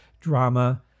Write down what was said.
drama